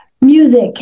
music